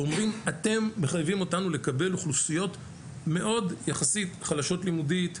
ואומרים אתם מחייבים אותנו לקבל אוכלוסיות מאד יחסית חלשות לימודית,